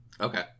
okay